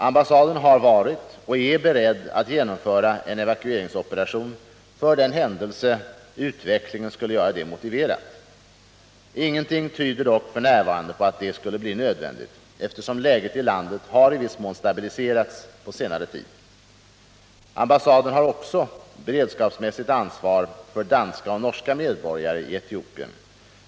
Ambassaden har varit och är beredd att genomföra en evakueringsoperation för den händelse utvecklingen skulle göra detta motiverat. Ingenting tyder dock f.n. på att detta skulle bli nödvändigt, eftersom läget i landet har i viss mån stabiliserats på senare tid. Ambassaden har beredskapsmässigt ansvar också för danska och norska medborgare i Etiopien.